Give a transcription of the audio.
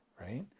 right